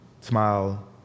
smile